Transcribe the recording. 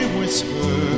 whisper